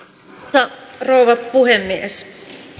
arvoisa rouva puhemies